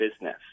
business